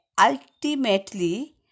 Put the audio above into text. ultimately